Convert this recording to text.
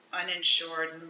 uninsured